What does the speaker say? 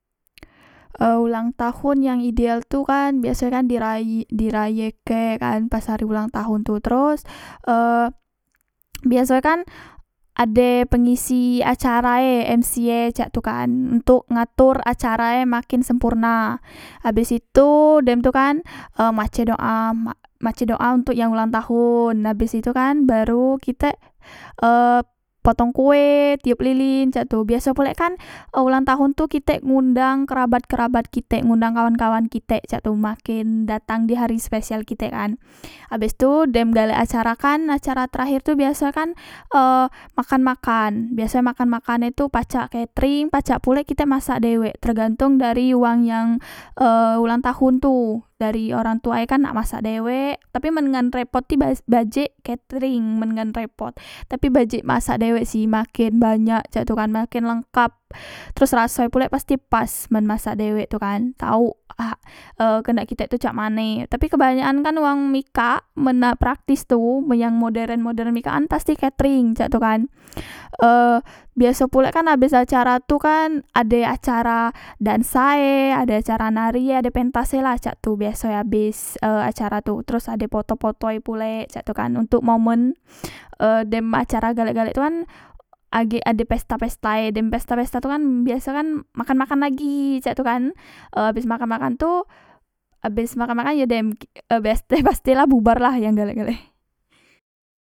E ulang tahon yang ideal tu kan biaso e kan di rai di rayeke kan pas hari ulang tahun tu teros e biaso e kan ade pengisi acarae mc e cak tu kan ontok ngator acara e makin sempurna abes itu dem tu kan mace doa mace doa ontok yang ulang tahon abes itukan baru kitek e potong kue tiup lilin cak tu biaso pulek kan olang tahon tu kitek ngundang kerabat kerabat kitek ngundang kawan kawan kitek cak tu makin datang di hari spesial kitek kan abes tu dem galek acara kan acara terakhir e tu biaso e kan e makan makan biaso e makan makan e tu pacak ketring pacak pulek kitek masak dewek tergantong dari wang yang e ulang taon tu dari orang tua ek kan nak masak dewek tapi men gan ngerepoti bas bajek ketring man gan repot tapi bajik masak dewek sih maken banyak cak tu kan maken lengkap terus rasoepulek pasti pas men masak dewek tu kan tauk hak e kendak kite tu cak mane tapi kebanyakan kan wang mikak men nak praktis tu yang modern modern mikak kan pasti ketring cak tu kan e biaso pulek kan abes acara tu kan ade acara dansae ade acara nari ade pentas e lah cak tu biaso e abes e acara tu teros ade poto poto e pulek cak tu kan ontok momen e dem acara galek galek tu kan agek ade pesta pesta e dem pesta pesta tu kan biasok e kan makan makan lagi cak tu kan e abes makan makan tu abes makan makan yo dem pastilah bubar lah yang galek gale